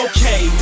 Okay